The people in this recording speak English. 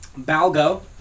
Balgo